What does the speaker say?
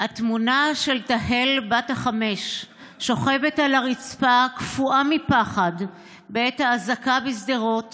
התמונה של תהל בת החמש שוכבת על הרצפה קפואה מפחד בעת האזעקה בשדרות